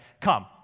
come